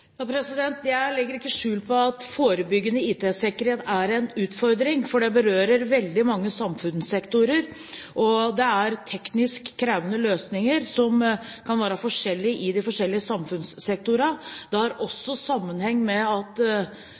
på at forebyggende IT-sikkerhet er en utfordring, for det berører veldig mange samfunnssektorer. Det er teknisk krevende løsninger, som kan være forskjellige i de forskjellige samfunnssektorene. Det har også sammenheng med at